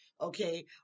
okay